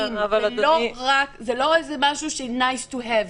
זה לא משהו שהוא nice to have,